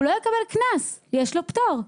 הוא לא יקבל קנס כי יש לו פטור.